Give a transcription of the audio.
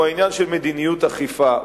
הוא העניין של מדיניות האכיפה.